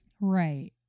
Right